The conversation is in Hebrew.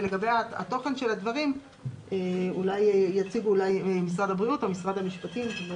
לגבי התוכן של הדברים יציגו משרד הבריאות או משרד המשפטים.